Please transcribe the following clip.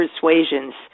persuasions